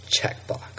checkbox